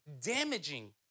damaging